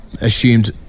assumed